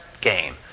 game